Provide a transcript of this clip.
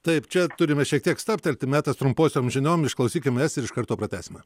taip čia turime šiek tiek stabtelti metas trumposiom žiniom išklausykim jas ir iš karto pratęsime